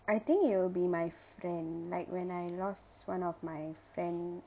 I think it'll be my friend like when I lost one of my friend